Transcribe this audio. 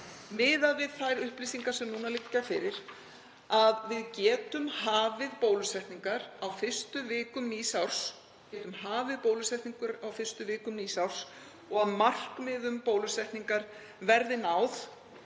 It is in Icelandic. miðað við þær upplýsingar sem núna liggja fyrir, að við getum hafið bólusetningar á fyrstu vikum nýs árs og að markmiðum bólusetningar verður náð